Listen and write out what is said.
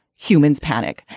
humans panic.